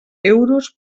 euros